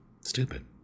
Stupid